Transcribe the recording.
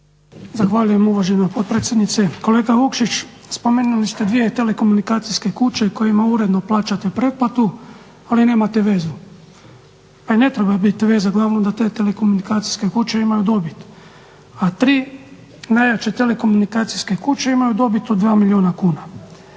Zahvaljujem uvažena potpredsjednice. Kolega Vukšić, spomenuli ste dvije telekomunikacijske kuće kojima uredno plaćate pretplatu, ali nemate vezu. Pa i ne treba bit veza, glavno da te telekomunikacijske kuće imaju dobit, a tri najjače telekomunikacijske kuće imaju dobit od 2 milijarde kuna.